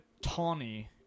tawny